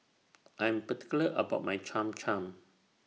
I Am particular about My Cham Cham